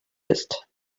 ist